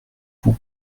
vous